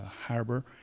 harbor